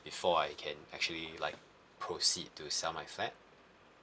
before I can actually like proceed to sell my flat